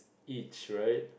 each right